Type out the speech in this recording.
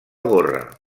gorra